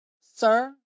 Sir